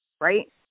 Right